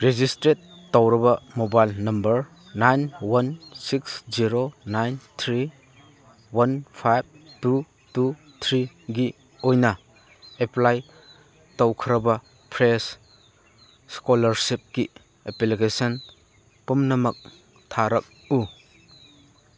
register ꯇꯧꯔꯕ mobile number nine one six zero nine three one ꯐꯥꯏꯕ two two ꯊ꯭ꯔꯤꯒꯤ ꯑꯣꯏꯅ ꯑꯦꯄ꯭ꯂꯥꯏ ꯇꯧꯈ꯭ꯔꯕ ꯐ꯭ꯔꯦꯁ ꯁ꯭ꯀꯣꯂꯔꯁꯤꯞꯀꯤ ꯑꯦꯄ꯭ꯂꯤꯀꯦꯁꯟ ꯄꯨꯝꯅꯃꯛ ꯊꯥꯔꯛꯎ